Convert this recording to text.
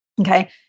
Okay